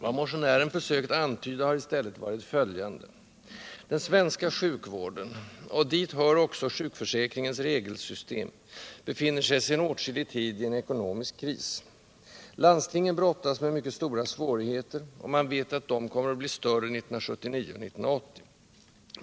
Vad motionären försökt antyda har i stället varit följande: Den svenska sjukvården — och dit hör också sjukförsäkringens regelsystem —- befinner sig sedan åtskillig tid i en ekonomisk kris. Landstingen brottas med mycket stora svårigheter, och man vet att de kommer att bli större 1979 och 1980.